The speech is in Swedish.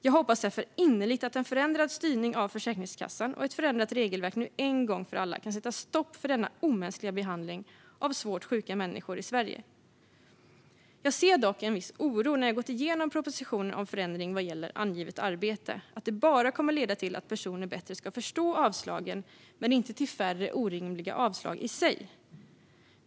Jag hoppas därför innerligt att en förändrad styrning av Försäkringskassan och ett förändrat regelverk nu en gång för alla kan sätta stopp för denna omänskliga behandling av svårt sjuka människor i Sverige. Jag känner dock en viss oro efter att ha gått igenom propositionen att förändringen vad gäller angivet arbete kommer att leda till att personer bättre ska förstå avslagen men inte till färre orimliga avslag i sig.